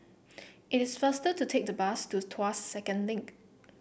it is faster to take the bus to Tuas Second Link